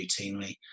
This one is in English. routinely